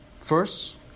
first